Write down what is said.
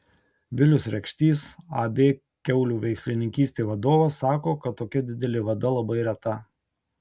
vilius rekštys ab kiaulių veislininkystė vadovas sako kad tokia didelė vada labai reta